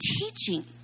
teaching